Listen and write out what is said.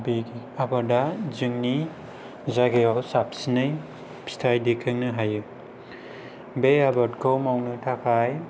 बे आबादआ जोंनि जायगायाव साबसिनै फिथाय दैखांनो हायो बे आबादखौ मावनो थाखाय